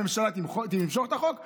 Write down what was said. הממשלה תמשוך את החוק ותגיד: